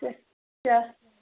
کیٛاہ